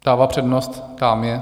Dává přednost dámě.